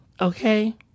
Okay